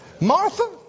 Martha